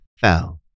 fell